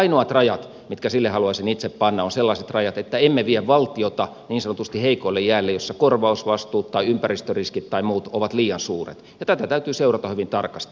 ainoat rajat mitkä sille haluaisin itse panna ovat sellaiset rajat että emme vie valtiota niin sanotusti heikoille jäille joilla korvausvastuut tai ympäristöriskit tai muut ovat liian suuret ja tätä täytyy seurata hyvin tarkasti